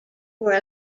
were